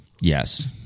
Yes